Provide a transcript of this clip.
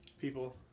people